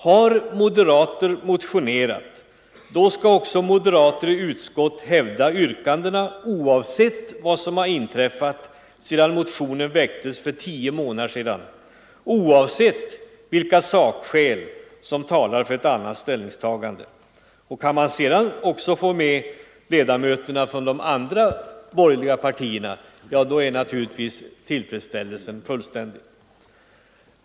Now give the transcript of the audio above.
Har moderater motionerat, då skall också moderater i utskottet hävda yrkandena oavsett vad som inträffat sedan motionen som nu väcktes för tio månader sedan och oavsett vilka sakskäl som talar för ett annat ställningstagande. Kan man sedan få med sig ledamöter från de andra borgerliga partierna är tillfredsställelsen fullständig!